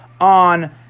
on